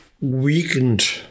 weakened